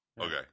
Okay